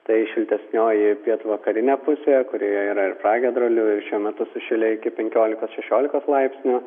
tai šaltesnioji pietvakarinė pusė kurioje yra ir pragiedrulių ir šiuo metu sušilę iki penkiolikos šešiolikos laipsnių